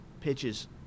pitches